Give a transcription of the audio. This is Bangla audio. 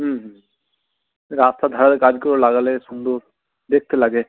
হুম হুম রাস্তার ধারে গাছগুলো লাগালে সুন্দর দেখতে লাগে